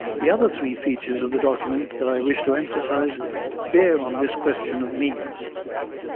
the other three features of the document that i wish to emphasise bear on this question of means.